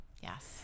Yes